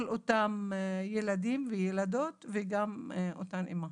של אותם ילדים וילדות וגם אותן אמהות.